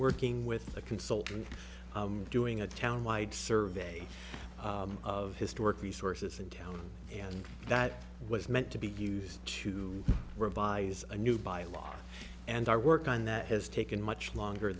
working with a consultant doing a town wide survey of historic resources in town and that was meant to be used to revise a new by law and our work on that has taken much longer